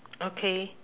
okay